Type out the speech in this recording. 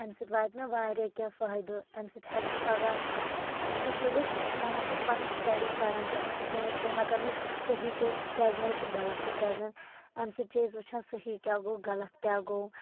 اَمہِ سۭتۍ واتہِ مےٚ واریاہ کیٚنٛہہ فٲیدٕ اَمہِ سۭتۍ ہیٚکہٕ بہٕ پَگہہ اَمہِ سۭتۍ ییٚلہِ أسۍ مان ژٕ پَنٕنۍ سِٹیٚڈی اَمہِ سۭتۍ أسی ہیٚکان صٔحیح تہِ پرزنٲیِتھ تہِ غلط تہِ پرزنٲیِتھ اَمہِ سۭتۍ چھِ أسۍ وُچھان صٔحیح کیٚاہ چُھ غلط کیٚاہ گوٚو